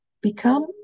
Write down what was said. Become